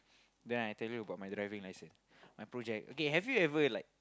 then I tell you about my driving license my project okay have you ever like